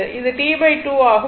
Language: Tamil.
இது T2 ஆகும்